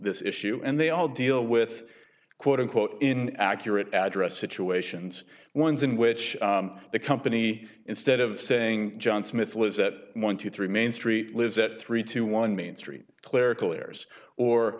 this issue and they all deal with quote unquote in accurate address situations ones in which the company instead of saying john smith was that one two three main street lives that three to one main street clerical